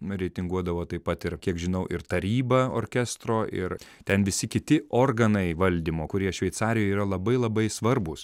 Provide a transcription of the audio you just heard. reitinguodavo taip pat ir kiek žinau ir taryba orkestro ir ten visi kiti organai valdymo kurie šveicarijoj yra labai labai svarbūs